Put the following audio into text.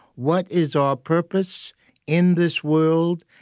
what is our purpose in this world,